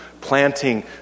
planting